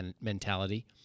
mentality